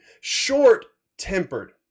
short-tempered